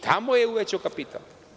Tamo je uvećao kapital.